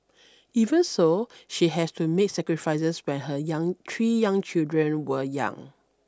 even so she has to make sacrifices when her young three young children were young